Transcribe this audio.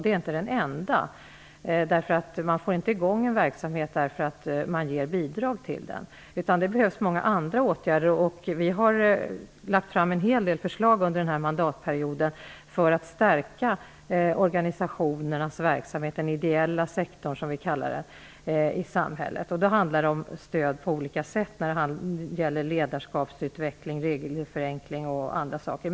Det är inte den enda, för man får inte i gång en verksamhet genom bidrag, utan det behövs många andra åtgärder. Vi har under denna mandatperiod lagt fram en hel del förslag för att stärka organisationernas verksamhet i samhället i den s.k. ideella sektorn. Det handlar om stöd på olika sätt när det gäller ledarskapsutveckling, regelförenkling och annat.